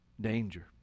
danger